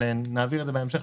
אבל נעביר את זה בהמשך.